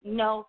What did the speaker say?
no